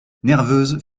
nerveuses